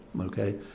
okay